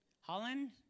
Holland